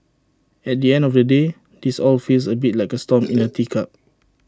at the end of the day this all feels A bit like A storm in A teacup